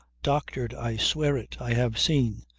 doctored! i swear it! i have seen.